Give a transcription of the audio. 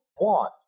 want